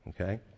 okay